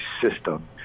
system